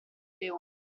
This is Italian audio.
leone